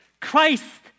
Christ